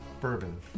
Bourbon